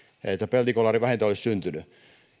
peltikolari vähintään olisi syntynyt